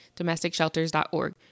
DomesticShelters.org